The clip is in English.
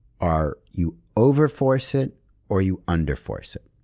are you over-force it or you under-force it.